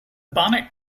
bonnet